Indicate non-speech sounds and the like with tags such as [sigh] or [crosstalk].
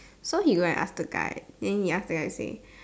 [breath] so he go and ask the guy then he ask the guy to say [breath]